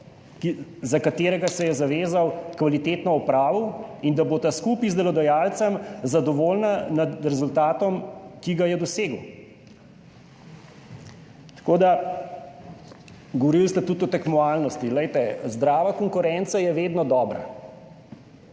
za katerega se je zavezal, kvalitetno opravil in da bosta skupaj z delodajalcem zadovoljna nad rezultatom, ki ga je dosegel. Govorili ste tudi o tekmovalnosti. Zdrava konkurenca je vedno dobra,